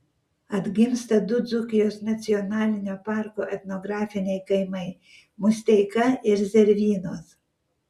atgimsta du dzūkijos nacionalinio parko etnografiniai kaimai musteika ir zervynos